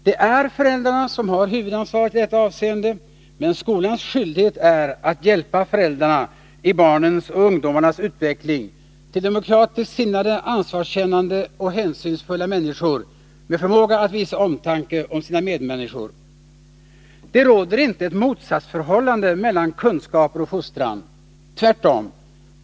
Det är föräldrarna som har huvudansvaret i detta avseende, men skolans skyldighet är att hjälpa föräldrarna i barnens och ungdomarnas utveckling till demokratiskt sinnade, ansvarskännande och hänsynsfulla människor med förmåga att visa omtanke om sina medmänniskor. Det råder inte ett motsatt förhållande mellan kunskaper och fostran. Tvärtom!